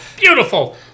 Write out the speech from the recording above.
Beautiful